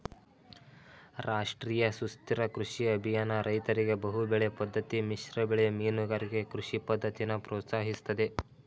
ರಾಷ್ಟ್ರೀಯ ಸುಸ್ಥಿರ ಕೃಷಿ ಅಭಿಯಾನ ರೈತರಿಗೆ ಬಹುಬೆಳೆ ಪದ್ದತಿ ಮಿಶ್ರಬೆಳೆ ಮೀನುಗಾರಿಕೆ ಕೃಷಿ ಪದ್ದತಿನ ಪ್ರೋತ್ಸಾಹಿಸ್ತದೆ